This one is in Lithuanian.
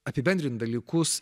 apibendrint dalykus